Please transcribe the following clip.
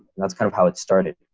that's kind of how it started.